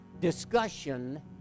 discussion